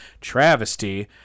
travesty